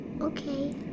Okay